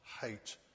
hate